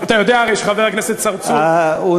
אתה הרי יודע שחבר הכנסת צרצור לא